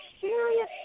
serious